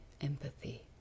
empathy